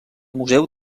museu